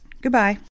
Goodbye